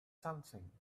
something